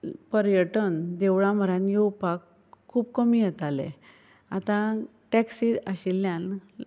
पर्यटन देवळां म्हऱ्यांत येवपाक खूब कमी येतालें आतां टॅक्सी आशिल्ल्यान